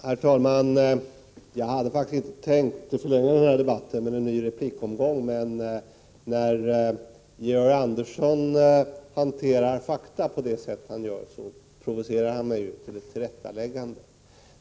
Herr talman! Jag hade faktiskt inte tänkt förlänga debatten med en ny replikomgång, men när Georg Andersson hanterar fakta på det sätt han gjorde provocerar han mig naturligtvis till att göra ett tillrättaläggande.